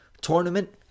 tournament